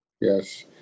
Yes